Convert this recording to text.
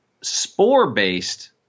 spore-based